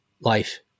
life